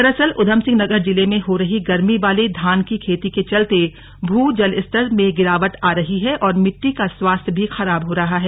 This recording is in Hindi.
दरअसल उधमसिंह नगर जिले में हो रही गर्मी वाले धान की खेती के चलते भू जल स्तर में गिरावट आ रही है और मिट्टी का स्वास्थ्य भी खराब हो रहा है